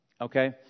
okay